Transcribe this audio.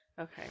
Okay